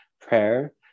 prayer